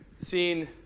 seen